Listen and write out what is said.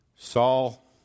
Saul